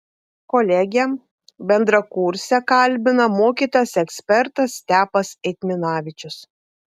kolegę bendrakursę kalbina mokytojas ekspertas stepas eitminavičius